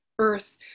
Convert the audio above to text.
Earth